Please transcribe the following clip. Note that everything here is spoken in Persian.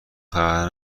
خبر